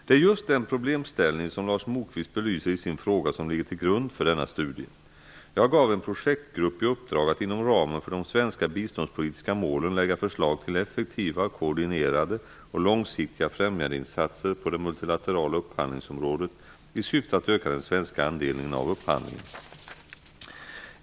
Det är just den problemställning som Lars Moquist belyser i sin fråga som ligger till grund för denna studie. Jag gav en projektgrupp i uppdrag att inom ramen för de svenska biståndspolitiska målen lägga förslag till effektiva, koordinerade och långsiktiga främjandeinsatser på det multilaterala upphandlingsområdet i syfte att öka den svenska andelen av upphandlingen.